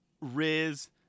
Riz